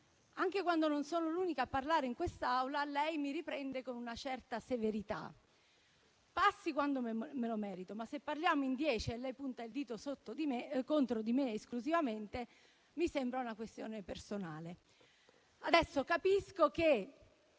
anche quando non sono l'unica a parlare in quest'Aula, lei mi riprende con una certa severità. Passi quando me lo merito, ma se parliamo in dieci e lei punta il dito contro di me esclusivamente, mi sembra una questione personale. Capisco che